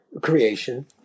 creation